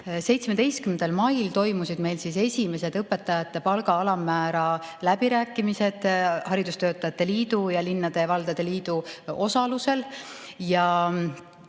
17. mail toimusid meil esimesed õpetajate palga alammäära läbirääkimised haridustöötajate liidu ja linnade-valdade liidu osalusel.